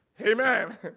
Amen